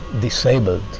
disabled